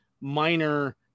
minor